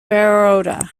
baroda